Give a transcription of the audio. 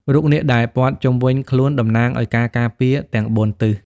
រូបនាគដែលព័ទ្ធជុំវិញខ្លួន តំណាងឱ្យការការពារទាំងបួនទិស។